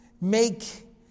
make